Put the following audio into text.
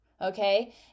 okay